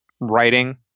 writing